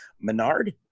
menard